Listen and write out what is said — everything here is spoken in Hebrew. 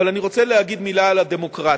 אבל אני רוצה להגיד מלה על הדמוקרטיה,